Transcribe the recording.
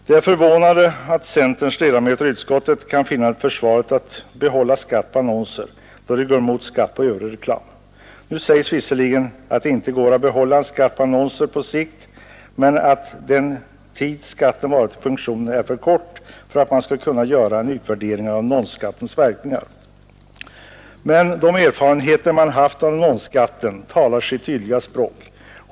Det är förvånande att centerns ledamöter i utskottet kan finna det försvarligt att behålla skatt på annonser då de går emot skatt på övrig reklam. Nu sägs visserligen att det inte går att behålla en skatt på annonser på sikt men att den tid skatten varit i funktion är för kort för att man skall kunna göra en utvärdering av annonsskattens verkningar. De erfarenheter man haft av annonsskatten talar emellertid sitt tydliga språk.